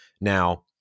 Now